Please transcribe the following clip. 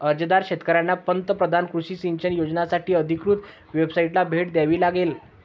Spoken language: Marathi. अर्जदार शेतकऱ्यांना पंतप्रधान कृषी सिंचन योजनासाठी अधिकृत वेबसाइटला भेट द्यावी लागेल